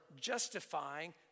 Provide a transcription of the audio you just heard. justifying